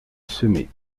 semer